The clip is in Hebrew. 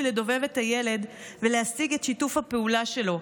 לדובב את הילד ולהשיג את שיתוף הפעולה שלו.